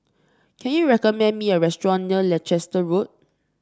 can you recommend me a restaurant near Leicester Road